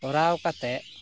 ᱠᱚᱨᱟᱣ ᱠᱟᱛᱮ